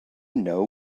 know